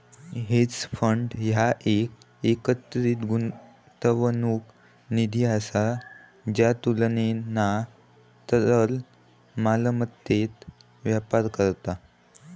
hedge fund ह्या एक एकत्रित गुंतवणूक निधी असा ज्या तुलनेना तरल मालमत्तेत व्यापार करता